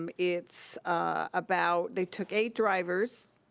um it's about, they took eight drivers,